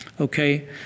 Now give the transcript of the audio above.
okay